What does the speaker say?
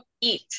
eat